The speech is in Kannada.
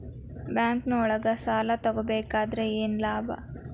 ಬ್ಯಾಂಕ್ನೊಳಗ್ ಸಾಲ ತಗೊಬೇಕಾದ್ರೆ ಏನ್ ಲಾಭ?